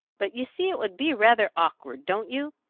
but you see it would be rather awkward, don't you?